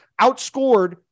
outscored